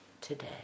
today